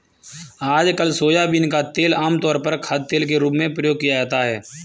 आजकल सोयाबीन का तेल आमतौर पर खाद्यतेल के रूप में प्रयोग किया जाता है